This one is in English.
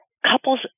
Couples